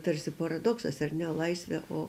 tarsi paradoksas ar ne laisvė o